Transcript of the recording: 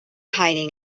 hiding